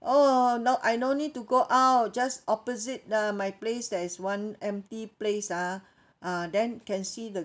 oh no I no need to go out just opposite the my place there is one empty place ah ah then can see the